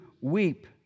weep